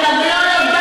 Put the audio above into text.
ציטטתי את רבי יהודה,